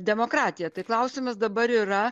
demokratiją tai klausimas dabar yra